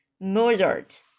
Mozart